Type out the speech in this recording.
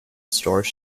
store